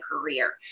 career